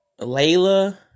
Layla